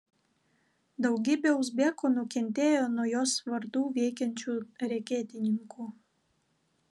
daugybė uzbekų nukentėjo nuo jos vardu veikiančių reketininkų